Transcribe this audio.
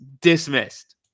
dismissed